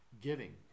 giving